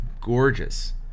gorgeous